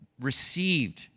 received